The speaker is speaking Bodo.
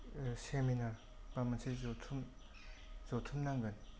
सेमिनार बा मोनसे जथुम जथुम नांगोन